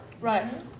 Right